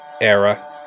era